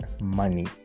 money